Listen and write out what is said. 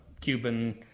Cuban